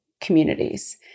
communities